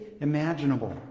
imaginable